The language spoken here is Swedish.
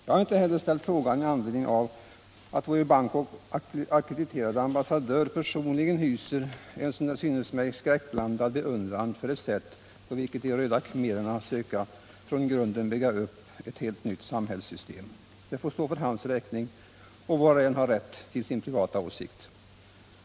Jag har inte heller ställt frågan i anledning av att vår i Bangkok ackrediterade ambassadör personligen hyser en, som det synes mig, skräckblandad beundran för det sätt på vilket de röda khmererna söker från grunden bygga upp ett helt nytt samhällssystem. Det får stå för hans räkning, och var och en har rätt till sin privata åsikt.